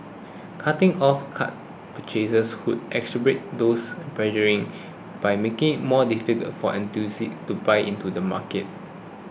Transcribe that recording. cutting off card purchases could exacerbate those pressures in by making more difficult for enthusiasts to buy into the market